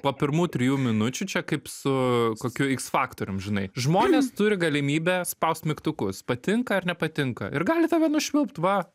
po pirmų trijų minučių čia kaip su kokiu iks faktorium žinai žmonės turi galimybę spaust mygtukus patinka ar nepatinka ir gali tave nušvilpt va